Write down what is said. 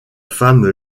femme